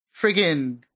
friggin